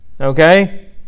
Okay